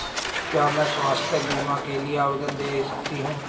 क्या मैं स्वास्थ्य बीमा के लिए आवेदन दे सकती हूँ?